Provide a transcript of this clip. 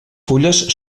fulles